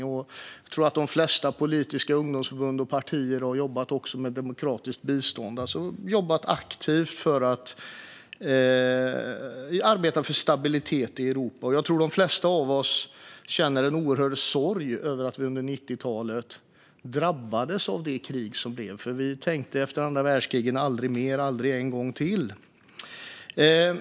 Jag tror att de flesta politiska ungdomsförbund och partier har jobbat med demokratiskt bistånd och arbetat aktivt för stabilitet i Europa, och jag tror att de flesta av oss känner en oerhörd sorg över att vi under 90-talet drabbades av det krig som blev. Efter andra världskriget tänkte vi ju "aldrig mer, aldrig en gång till".